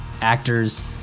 actors